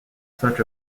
such